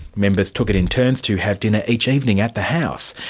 members took it in turns to have dinner each evening at the house,